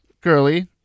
Curly